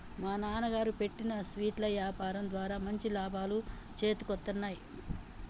మా నాన్నగారు పెట్టిన స్వీట్ల యాపారం ద్వారా మంచి లాభాలు చేతికొత్తన్నయ్